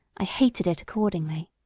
i hated it accordingly.